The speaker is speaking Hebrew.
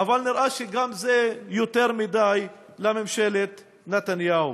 נראה שגם זה יותר מדי לממשלת נתניהו.